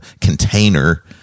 container